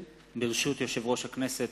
ברשות יושב-ראש הכנסת,